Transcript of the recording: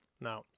now